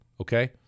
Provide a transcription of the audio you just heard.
okay